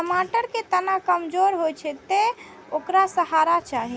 टमाटर के तना कमजोर होइ छै, तें ओकरा सहारा चाही